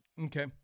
Okay